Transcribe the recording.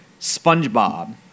Spongebob